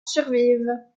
survivent